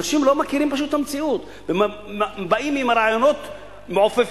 אנשים לא מכירים את המציאות ובאים עם רעיונות מעופפים,